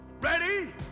Ready